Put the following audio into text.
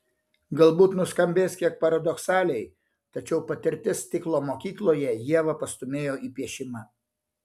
galbūt nuskambės kiek paradoksaliai tačiau patirtis stiklo mokykloje ievą pastūmėjo į piešimą